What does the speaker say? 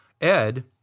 Ed